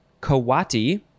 Kawati